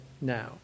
now